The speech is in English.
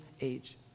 age